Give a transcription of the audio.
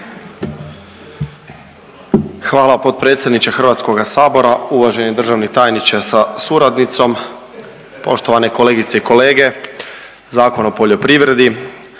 Hvala potpredsjedniče HS, uvaženi državni tajniče sa suradnicom, poštovane kolegice i kolege. Zakon o poljoprivredi,